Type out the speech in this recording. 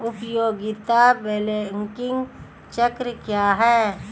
उपयोगिता बिलिंग चक्र क्या है?